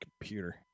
computer